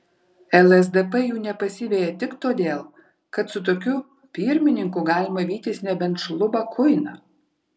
lsdp jų nepasiveja tik todėl kad su tokiu pirmininku galima vytis nebent šlubą kuiną